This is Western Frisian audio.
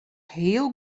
heel